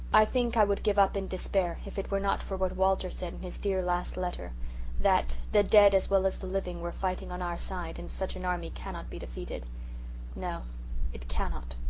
i think i would give up in despair if it were not for what walter said in his dear last letter that the dead as well as the living were fighting on our side and such an army cannot be defeated no it cannot.